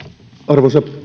arvoisa